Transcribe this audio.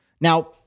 Now